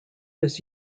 his